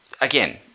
again